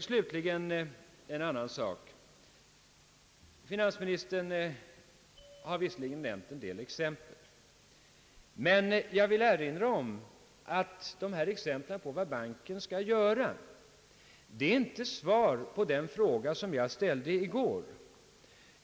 Slutligen en annan sak. Finansministern har visserligen nämnt en del exempel på vad banken skall göra, men jag vill erinra om att dessa exempel inte är svar på den fråga som jag ställde i går.